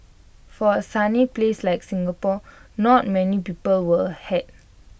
for A sunny place like Singapore not many people wear A hat